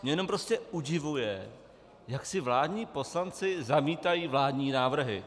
Mě jenom prostě udivuje, jak si vládní poslanci zamítají vládní návrhy.